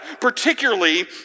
particularly